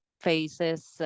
faces